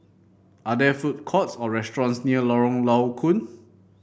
are there food courts or restaurants near Lorong Low Koon